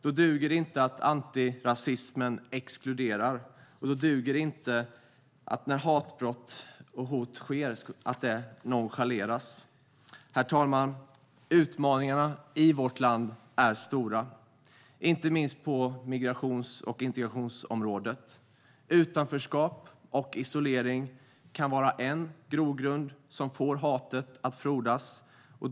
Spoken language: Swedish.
Då duger det inte att antirasismen exkluderar. Och då duger det inte att nonchalera att hatbrott och hot sker. Herr talman! Utmaningarna i vårt land är stora, inte minst på migrations och integrationsområdena. Utanförskap och isolering kan vara en grogrund för hatet att frodas.